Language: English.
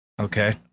Okay